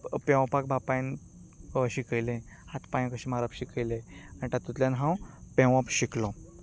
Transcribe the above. पेंवपाक बापायन शिकयलें हात पांय कशे मारप शिकयलें आनी तातूंतल्यान हांव पेंवप शिकलो